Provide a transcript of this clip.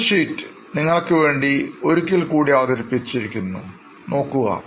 balance sheet നിങ്ങൾക്ക് വേണ്ടി ഒരിക്കൽ കൂടി അവതരിപ്പിച്ചിരിക്കുന്നു നോക്കുക